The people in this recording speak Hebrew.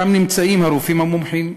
שם נמצאים הרופאים המומחים.